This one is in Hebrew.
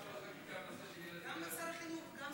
חייבים לפתור את הדבר הזה לפני תחילת שנת הלימודים.